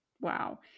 Wow